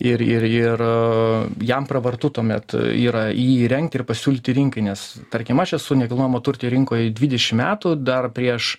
ir ir ir jam pravartu tuomet yra jį įrengti ir pasiūlyti rinkai nes tarkim aš esu nekilnojamo turti rinkoj dvidešim metų dar prieš